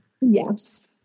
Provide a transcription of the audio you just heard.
Yes